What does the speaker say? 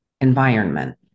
environment